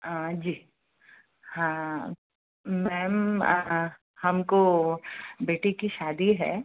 हाँ जी हाँ मैम हम को बेटी की शादी है